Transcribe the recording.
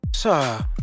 Sir